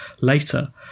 later